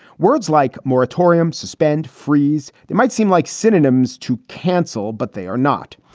words like moratorium, suspend, freeze. it might seem like synonyms to cancel, but they are not.